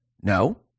No